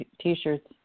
T-shirts